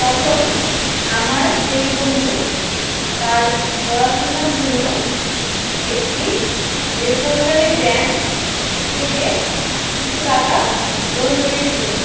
তখন আমার সেই বন্ধু তার পড়াশুনোর জন্য একটি বেসরকারি ব্যাঙ্ক থেকে কিছু টাকা লোন নিয়েছিলেন